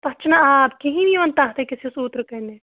تَتھ چھُنہٕ آب کِہیٖنۍ یِوان تَتھ أکِس یُس اوترٕ کَنہِ